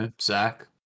Zach